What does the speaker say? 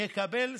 יקבל שכר.